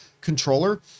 controller